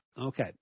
Okay